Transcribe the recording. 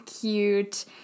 cute